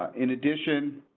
in addition.